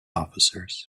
officers